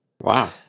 Wow